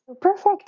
Perfect